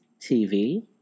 TV